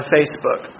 Facebook